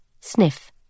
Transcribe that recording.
sniff